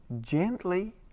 gently